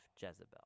Jezebel